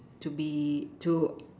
to be to